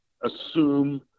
assume